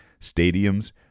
stadiums